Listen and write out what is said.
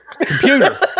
computer